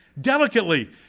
delicately